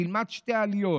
תילמד שתי עליות.